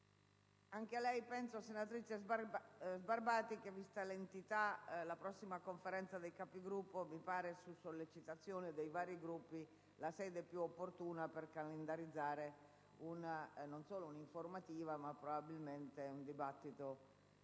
Anche a lei, senatrice Sbarbati, rispondo che la prossima Conferenza dei Capigruppo, convocata su sollecitazione dei vari Gruppi, mi pare la sede più opportuna per calendarizzare non solo un'informativa ma probabilmente anche un dibattito